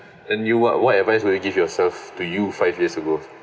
and you what what advice will you give yourself to you five years ago